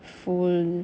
full